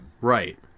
Right